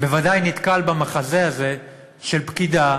בוודאי נתקל במחזה הזה של פקידה